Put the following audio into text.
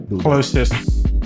closest